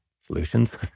solutions